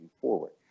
forward